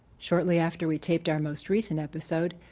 shortly after we taped our most recent episode,